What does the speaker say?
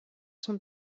sont